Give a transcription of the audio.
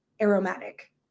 aromatic